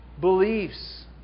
beliefs